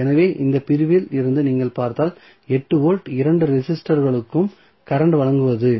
எனவே இந்த பிரிவில் இருந்து நீங்கள் பார்த்தால் 8 வோல்ட் இரண்டு ரெசிஸ்டர்களுக்கும் கரண்ட் ஐ வழங்குவது